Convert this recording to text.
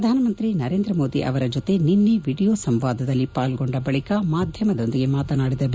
ಪ್ರಧಾನಂತ್ರಿ ನರೇಂದ್ರ ಮೋದಿ ಅವರ ಜತೆ ನಿನ್ನೆ ವಿಡಿಯೋ ಸಂವಾದದಲ್ಲಿ ಪಾಲ್ಗೊಂಡ ಬಳಿಕ ಮಾಧ್ಯಮಗಳೊಂದಿಗೆ ಮಾತನಾಡಿದ ಬಿ